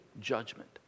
judgment